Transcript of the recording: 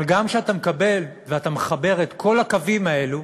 אבל גם כשאתה מקבל ואתה מחבר את כל הקווים האלה